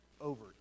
over